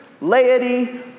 laity